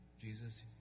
Jesus